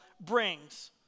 brings